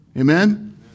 Amen